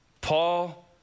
Paul